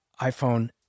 iPhone